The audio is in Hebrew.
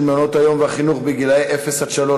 מעונות-היום והחינוך לגילאי אפס עד שלוש,